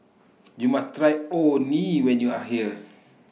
YOU must Try Orh Nee when YOU Are here